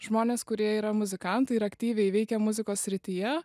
žmonės kurie yra muzikantai ir aktyviai veikia muzikos srityje